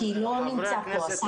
כי לא נמצא פה הסל האישי.